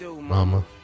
Mama